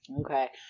Okay